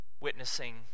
witnessing